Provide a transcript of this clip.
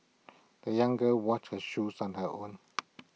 the young girl washed her shoes on her own